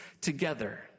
together